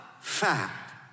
Fact